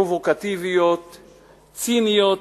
פרובוקטיביות וציניות.